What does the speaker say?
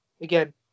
again